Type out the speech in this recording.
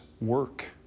work